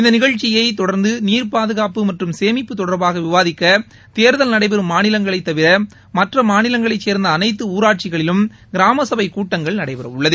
இந்த நிகழ்ச்சியைத் தொடர்ந்து நீர் பாதுகாப்பு மற்றும் சேமிப்பு தொடர்பாக விவாதிக்க தேர்தல் நடைபெறும் மாநிலங்களைத் தவிர மற்ற மாநிலங்களைச் சேர்ந்த அனைத்து ஊராட்சிகளிலும் கிராம சபைக் கூட்டங்கள் நடைபெறவுள்ளது